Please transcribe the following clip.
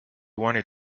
wanted